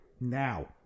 now